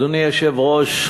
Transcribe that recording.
אדוני היושב-ראש,